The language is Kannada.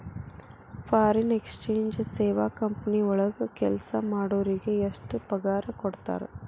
ಫಾರಿನ್ ಎಕ್ಸಚೆಂಜ್ ಸೇವಾ ಕಂಪನಿ ವಳಗ್ ಕೆಲ್ಸಾ ಮಾಡೊರಿಗೆ ಎಷ್ಟ್ ಪಗಾರಾ ಕೊಡ್ತಾರ?